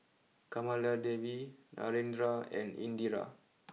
Kamaladevi Narendra and Indira